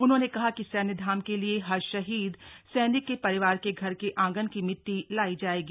उन्होंने कहा कि सैन्यधाम के लिए हर शहीद सैनिक के सरिवार के घर के आंगन की मिट्टी लाई जाएगी